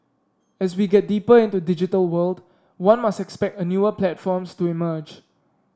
as we get deeper into digital world one must expect a newer platforms to emerge